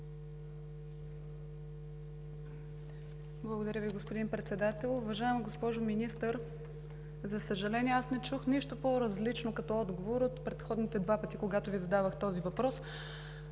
Благодаря Ви, господин Председател. Уважаема госпожо Министър, за съжаление, аз не чух нищо по-различно като отговор от предходните два пъти, когато Ви задавах този въпрос,